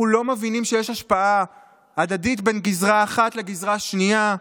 אנחנו לא מבינים שיש השפעה הדדית בין גזרה אחת לגזרה השנייה?